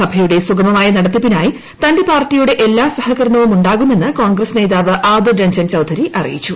സഭയുടെ സുഗമമായ നടത്തിപ്പിനായി തന്റെ പാർട്ടിയുടെ എല്ലാ സഹകരണവും ഉണ്ടാകുമെന്ന് കോൺഗ്രസ് നേതാവ് ആദിർ രഞ്ജൻ ചൌധരി അറിയിച്ചു